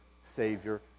Savior